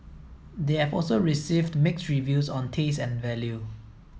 they have also received mixed reviews on taste and value